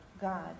God